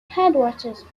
headwaters